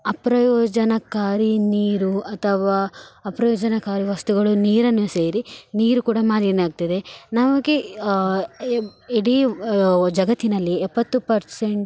ಅಪ್ರಯೋಜನಕಾರಿ ನೀರು ಅಥವಾ ಅಪ್ರಯೋಜನಕಾರಿ ವಸ್ತುಗಳು ನೀರನ್ನು ಸೇರಿ ನೀರು ಕೂಡ ಮಾಲಿನ್ಯ ಆಗ್ತದೆ ನಮಗೆ ಇಡೀ ಜಗತ್ತಿನಲ್ಲಿ ಎಪ್ಪತ್ತು ಪರ್ಸೆಂಟ್